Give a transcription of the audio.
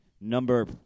number